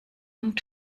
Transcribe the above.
und